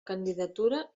candidatura